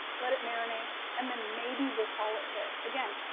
let it marinate, and then maybe we'll call it this. again,